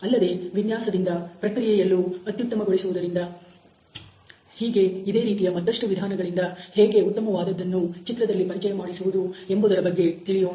ಅಲ್ಲದೆ ವಿನ್ಯಾಸದಿಂದ ಪ್ರಕ್ರಿಯೆಯನ್ನು ಅತ್ಯುತ್ತಮಗೊಳಿಸುವುದರಿಂದ ಹೀಗೆ ಇದೇ ರೀತಿಯ ಮತ್ತಷ್ಟು ವಿಧಾನಗಳಿಂದ ಹೇಗೆ ಉತ್ತಮವಾದದ್ದನ್ನು ಚಿತ್ರದಲ್ಲಿ ಪರಿಚಯ ಮಾಡಿಸುವುದು ಎಂಬುದರ ಬಗ್ಗೆ ತಿಳಿಯೋಣ